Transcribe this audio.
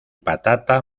patata